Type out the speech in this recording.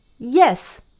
Yes